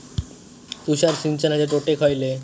तुषार सिंचनाचे तोटे खयले?